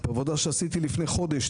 מבדיקה שעשיתי לפני חודש,